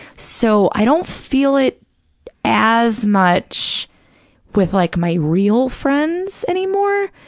so, i don't feel it as much with like my real friends anymore.